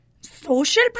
Social